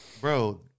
bro